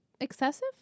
excessive